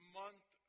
month